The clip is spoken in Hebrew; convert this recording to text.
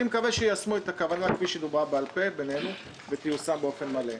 מקווה שיישמו את הכוונה כפי שדובר בעל-פה בינינו וייושם באופן מלא.